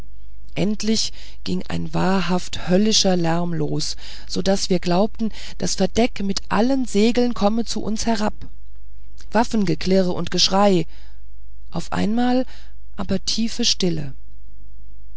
endlich ging ein wahrhaft höllischer lärm los so daß wir glaubten das verdeck mit allen segeln komme zu uns herab waffengeklirr und geschrei auf einmal aber tiefe stille